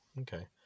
Okay